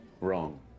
wrong